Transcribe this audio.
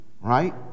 right